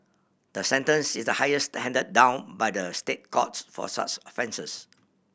the sentence is the highest handed down by the State Courts for such offences